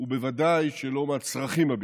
ובוודאי שלא מהצרכים הביטחוניים.